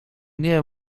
nie